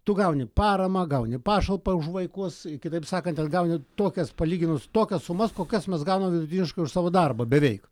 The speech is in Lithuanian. tu gauni paramą gauni pašalpą už vaikus kitaip sakant gauni tokias palyginus tokias sumas kokias mes gauname vidutiniškai už savo darbą beveik